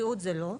בריאות זה לא.